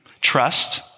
trust